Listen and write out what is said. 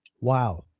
Wow